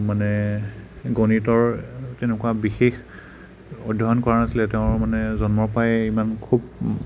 মানে গণিতৰ তেনেকুৱা বিশেষ অধ্য়য়ন কৰা নাছিলে তেওঁৰ মানে জন্মৰ পৰাই ইমান খুব